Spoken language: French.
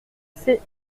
sais